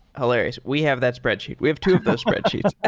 hilarious. we have that spreadsheet. we have two of those spreadsheets.